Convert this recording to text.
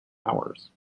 hours